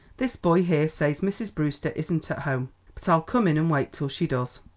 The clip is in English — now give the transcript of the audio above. this boy here says mrs. brewster isn't at home but i'll come in and wait till she does.